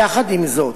יחד עם זאת,